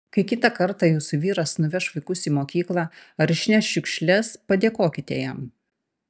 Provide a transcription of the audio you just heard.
kai kitą kartą jūsų vyras nuveš vaikus į mokyklą ar išneš šiukšles padėkokite jam